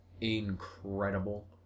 incredible